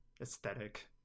aesthetic